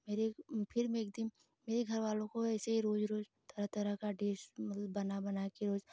मेरे फिर मैं एक दिन मेरे घरवालों को ऐसे ही रोज रोज तरह तरह का डिस मालब बना बना केर